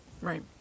Right